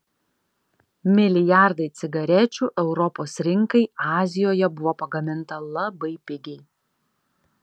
milijardai cigarečių europos rinkai azijoje buvo pagaminta labai pigiai